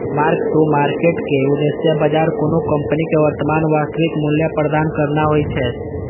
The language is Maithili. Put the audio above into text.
मार्क टू मार्केट के उद्देश्य बाजार कोनो कंपनीक वर्तमान वास्तविक मूल्य प्रदान करना होइ छै